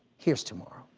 here's tomorrow.